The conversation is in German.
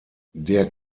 der